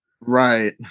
Right